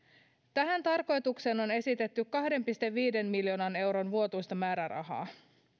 tähän tarkoitukseen on esitetty kahden pilkku viiden miljoonan euron vuotuista määrärahaa